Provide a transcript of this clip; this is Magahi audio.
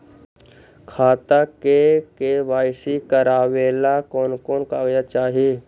खाता के के.वाई.सी करावेला कौन कौन कागजात चाही?